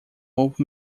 ovo